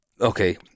okay